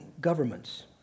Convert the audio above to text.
governments